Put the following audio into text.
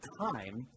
time